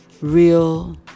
real